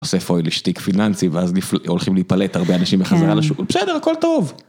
עושה פוילשטיק פיננסי ואז הולכים להיפלט הרבה אנשים בחזרה לשוק בסדר הכל טוב.